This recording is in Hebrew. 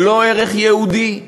זה לא ערך יהודי?